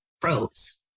froze